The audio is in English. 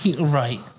right